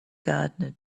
gardener